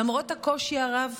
למרות הקושי הרב